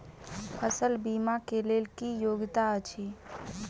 फसल बीमा केँ लेल की योग्यता अछि?